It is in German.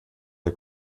der